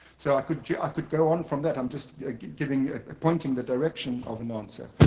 so i could yeah i could go on from that i'm just giving a point in the direction of an answer.